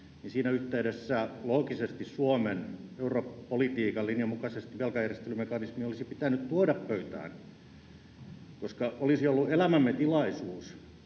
siinä yhteydessä loogisesti Suomen eurooppapolitiikan linjan mukaisesti velkajärjestelymekanismi olisi pitänyt tuoda pöytään, koska olisi ollut elämämme tilaisuus